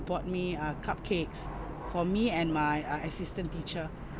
bought me uh cupcakes for me and my uh assistant teacher